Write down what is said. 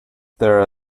there